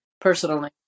personally